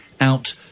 out